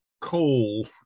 coal